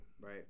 right